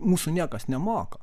mūsų niekas nemoko